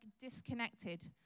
disconnected